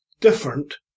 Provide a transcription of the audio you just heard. different